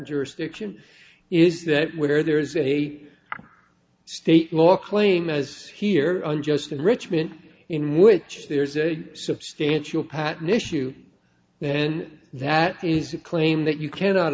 jurisdiction is that where there is a state law claim was here unjust enrichment in which there's a substantial patent issue and that is a claim that you cannot